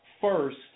first